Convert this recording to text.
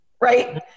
Right